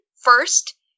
first